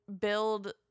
build